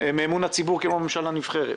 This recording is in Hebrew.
מאמון הציבור כמו ממשלה נבחרת.